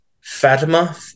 Fatima